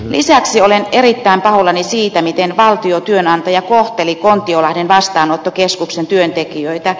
lisäksi olen erittäin pahoillani siitä miten valtiotyönantaja kohteli kontiolahden vastaanottokeskuksen työntekijöitä